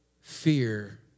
fear